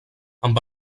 amb